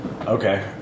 Okay